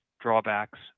drawbacks